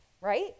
right